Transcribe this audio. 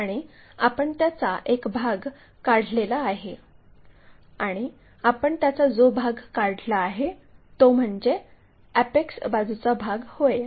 आणि आपण त्याचा एक भाग काढलेला आहे आणि आपण त्याचा जो भाग काढला आहे तो म्हणजे अॅपेक्स बाजूचा भाग होय